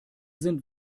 sind